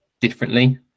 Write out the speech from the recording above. differently